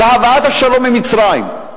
בהבאת השלום עם מצרים.